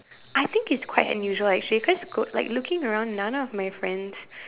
I think it's quite unusual actually because like go looking around none of my friends